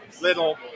little